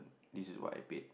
this is what I paid